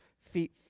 feet